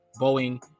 Boeing